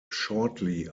shortly